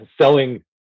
selling